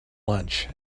lunch